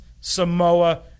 Samoa